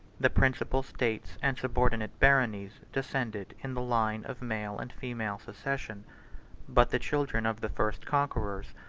the principal states and subordinate baronies descended in the line of male and female succession but the children of the first conquerors,